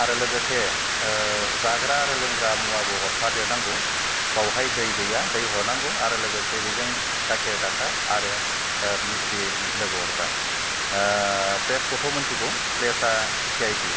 आरो लोगोसे जाग्रा आरो लोंग्रा मुवाबो हरफा देरनांगौ बावहाय दै गैया दै हरनांगौ आरो लोगोसे बेजों गाइखेर दाखा आरो मिसथि लोगोयाव हरफा प्लेसखौथ' मिथिगौ प्लेसा चि आइ टि